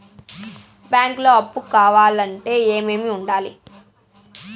బ్యాంకులో అప్పు కావాలంటే ఏమేమి ఉండాలి?